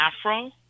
afro